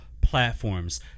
platforms